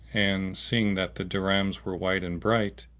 and, seeing that the dirhams were white and bright,